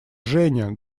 женя